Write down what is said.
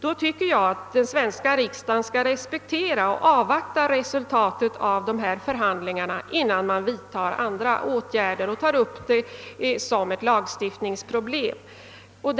så tycker jag att den svenska riksdagen skall respektera det och avvakta resultatet av dessa förhandlingar, innan den vidtar andra åtgärder och tar upp frågan som ett lagstiftningsproblem. Herr talman!